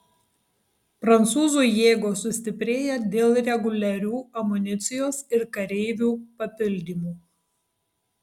prancūzų jėgos sustiprėja dėl reguliarių amunicijos ir kareivių papildymų